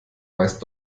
meist